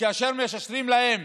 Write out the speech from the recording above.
וכאשר מאשרים להן